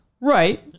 Right